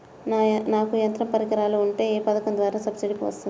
నాకు యంత్ర పరికరాలు ఉంటే ఏ పథకం ద్వారా సబ్సిడీ వస్తుంది?